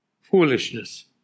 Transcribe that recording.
Foolishness